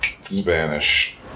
Spanish